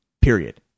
period